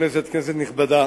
כנסת נכבדה,